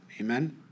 Amen